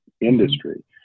industry